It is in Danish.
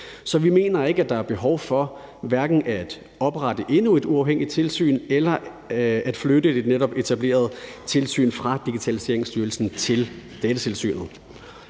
Så vi mener hverken, at der er behov for at oprette endnu et uafhængigt tilsyn eller at flytte det netop etablerede tilsyn fra Digitaliseringsstyrelsen til Datatilsynet.